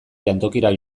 jantokira